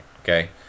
okay